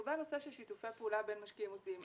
לגבי הנושא של שיתופי פעולה בין משקיעים מוסדיים,